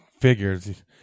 figures